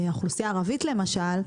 האוכלוסייה הערבית למשל,